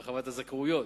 הרחבת הזכאויות.